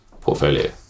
portfolio